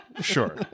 Sure